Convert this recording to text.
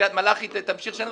בקרית מלאכי ימשיך לשלם,